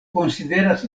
konsideras